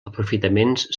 aprofitaments